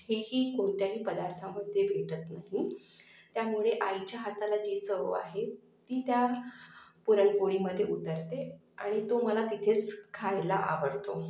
कुठेही कोणत्याही पदार्थामध्ये भेटत नाही त्यामुळे आईच्या हाताला जी चव आहे ती त्या पुरणपोळीमधे उतरते आणि तो मला तिथेच खायला आवडतो